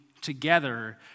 together